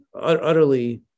utterly